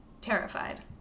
terrified